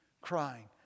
crying